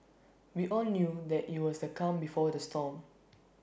we all knew that IT was the calm before the storm